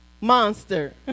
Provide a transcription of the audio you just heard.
monster